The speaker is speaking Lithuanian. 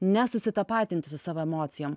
nesusitapatinti su savo emocijom